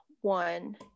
one